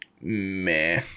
Meh